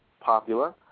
popular